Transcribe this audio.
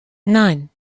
nein